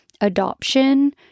adoption